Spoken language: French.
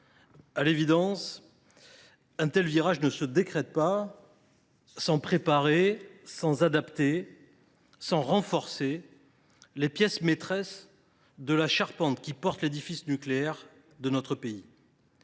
À l’évidence, un tel virage ne se décrète pas sans préparer, adapter, ni renforcer les pièces maîtresses de la charpente qui porte l’édifice nucléaire de notre pays.